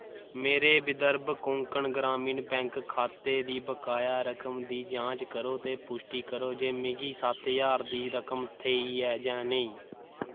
मेरे विदर्भ कोंकण ग्रामीण बैंक खाते दी बकाया रकम दी जांच करो ते पुश्टी करो जे मिगी सत्त ज्हार दी रकम थ्हेई ऐ जां नेईं